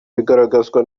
bigaragazwa